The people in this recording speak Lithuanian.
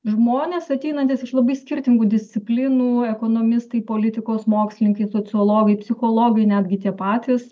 žmonės ateinantys iš labai skirtingų disciplinų ekonomistai politikos mokslininkai sociologai psichologai netgi tie patys